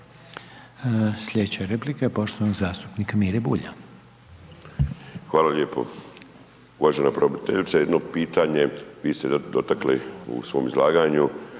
Sljedeća replika je poštovanog zastupnika Mire Bulja. **Bulj, Miro (MOST)** Hvala lijepo. Uvažena pravobraniteljice, jedno pitanje, vi ste dotakli u svom izlaganju